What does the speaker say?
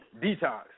detox